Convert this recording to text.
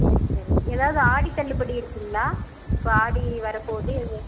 சரி சரி ஏதாவது ஆடித் தள்ளுபடி இருக்குதுங்களா இப்போ ஆடி வரப்போகுது இங்கே